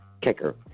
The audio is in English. kicker